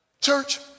Church